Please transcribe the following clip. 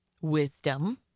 Wisdom